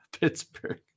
Pittsburgh